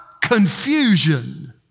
confusion